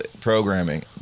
programming